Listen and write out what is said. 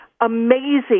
amazing